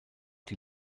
die